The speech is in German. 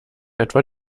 etwa